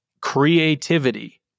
creativity